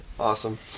Awesome